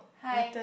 hi